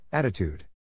Attitude